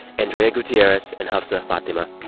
andrea gutierrez and hafsa fathima.